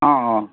অঁ অঁ